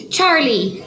Charlie